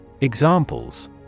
Examples